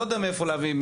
לא יודע מאיפה להביא,